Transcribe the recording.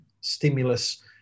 stimulus